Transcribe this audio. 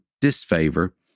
disfavor